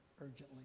urgently